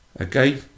Okay